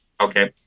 okay